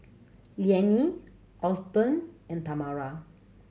Liane Osborn and Tamara